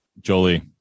Jolie